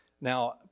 Now